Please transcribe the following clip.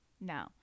no